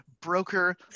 broker